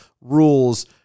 rules